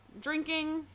drinking